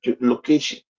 location